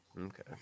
Okay